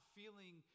feeling